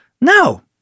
No